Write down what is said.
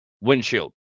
Windshield